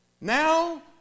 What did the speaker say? Now